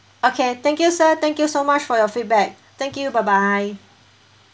okay thank you sir thank you so much for your feedback thank you bye bye